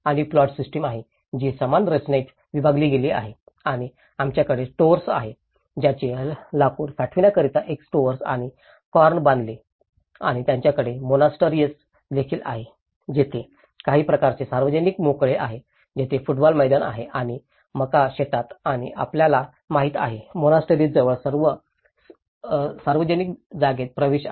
आणि plot system आहे जी समान रचनेत विभागली गेली आहे आणि आमच्याकडे स्टोअर आहे त्यांनी लाकूड साठवण्याकरिता एक स्टोअर आणि कॉर्न बांधले आणि त्यांच्याकडे मोनास्टरीएस देखील आहे आणि तेथे काही प्रकारचे सार्वजनिक मोकळे आहेत जेथे फुटबॉल मैदान आहे आणि मका शेतात आणि आपल्याला माहिती आहे मोनास्टरीएसाजवळ सर्व सार्वजनिक जागेत प्रवेश आहे